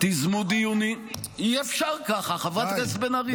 די, חברת הכנסת בן ארי.